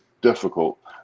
difficult